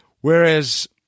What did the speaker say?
whereas